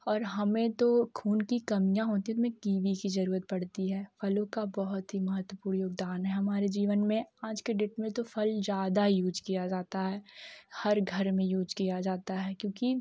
और हमें तो खून की कमियाँ होते हैं तो कीवी कि ज़रूरत पड़ती है फलों का बहुत ही महत्वपूर्ण योगदान है हमारे जीवन में आज के डेट में तो फल ज़्यादा यूज़ किया जाता है हर घर में यूज़ किया जाता है क्योंकि